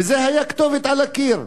וזה היה כתובת על הקיר.